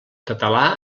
català